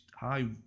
high